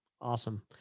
Awesome